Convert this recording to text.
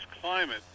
climate